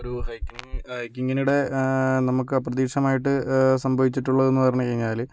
അപ്പോൾ ഒരു ഹൈക്കിങ് ഹൈക്കിങ്ങിനിടെ നമുക്ക് അപ്രതീക്ഷിതമായിട്ട് സംഭവിച്ചിട്ടുള്ളതെന്ന് പറഞ്ഞു കഴിഞ്ഞാല്